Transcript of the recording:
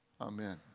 Amen